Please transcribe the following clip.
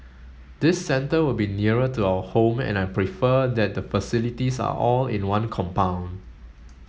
this centre will be nearer to our home and I prefer that the facilities are all in one compound